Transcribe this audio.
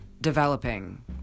developing